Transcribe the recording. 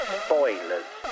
spoilers